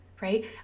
right